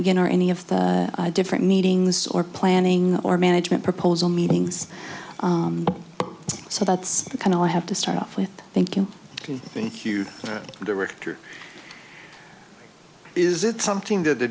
again or any of the different meetings or planning or management proposal meetings so that's the kind i have to start off with thank you thank you director is it something that the